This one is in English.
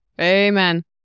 Amen